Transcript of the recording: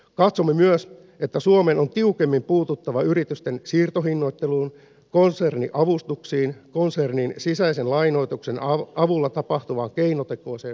katsomme myös että suomen on tiukemmin puututtava yritysten siirtohinnoitteluun konserniavustuksiin ja konsernin sisäisen lainoituksen avulla tapahtuvaan keinotekoiseen verokeplotteluun